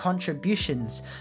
Contributions